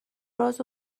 راز